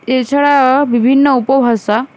এছাড়া বিভিন্ন উপভাষা